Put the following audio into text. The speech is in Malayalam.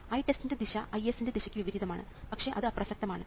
ITEST ൻറെ ദിശ Is ൻറെ ദിശയ്ക്ക് വിപരീതമാണ് പക്ഷേ അത് അപ്രസക്തമാണ്